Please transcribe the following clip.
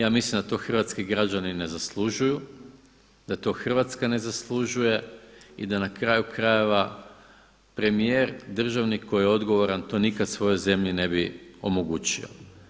Ja mislim da to hrvatski građani ne zaslužuju, da to Hrvatska ne zaslužuje i da na kraju krajeve premijer državnik koji je odgovoran to nikada svojoj zemlji ne bi omogućio.